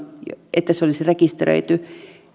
että se olisi rekisteröity